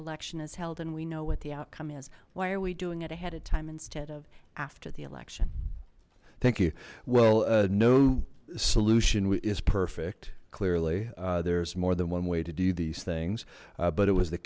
election is held and we know what the outcome is why are we doing it ahead of time instead of after the election thank you well no solution is perfect clearly there's more than one way to do these things but it was the